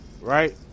Right